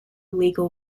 legal